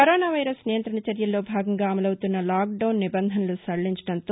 corona virus నియంత్రణ చర్యల్లో భాగంగా అమలవుతున్న లాక్ డౌన్ నిబంధనలు సడలించడంతో